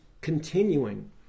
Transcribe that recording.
continuing